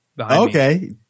okay